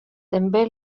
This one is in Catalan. també